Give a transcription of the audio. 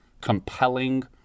compelling